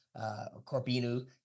Corbinu